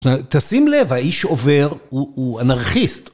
תשים לב, האיש עובר הוא אנרכיסט.